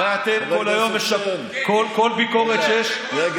הרי אתם, כל ביקורת שיש, חבר הכנסת שטרן.